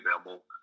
available